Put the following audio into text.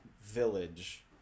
village